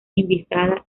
invitada